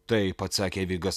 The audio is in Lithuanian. taip atsakė vigas